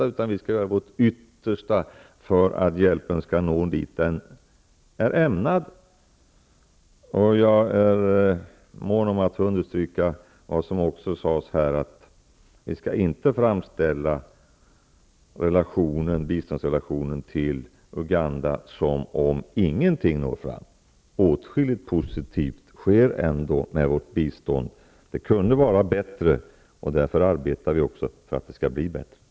Vi skall göra vårt yttersta för att hjälpen skall nå dit den är ämnad. Jag är mån om att understryka att vi skall inte framställa biståndsrelationer till Uganda som om ingenting når fram. Åtskilligt positivt sker ändå med vårt bistånd. Det kunde vara bättre, och därför arbetar vi också för att det skall bli bättre.